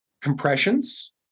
compressions